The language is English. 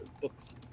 books